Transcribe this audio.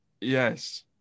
yes